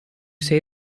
say